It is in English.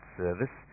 service